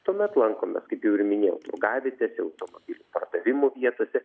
tuomet lankomės kaip jau ir minėjau turgavietėse automobilių pardavimų vietose